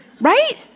Right